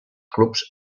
clubs